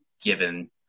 given